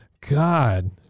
God